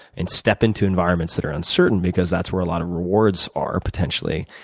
and step into environments that are uncertain because that's where a lot of rewards are potentially,